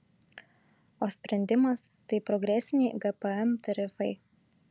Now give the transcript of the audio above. o sprendimas tai progresiniai gpm tarifai